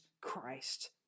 Christ